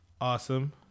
awesome